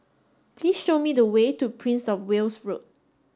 please show me the way to Prince Of Wales Road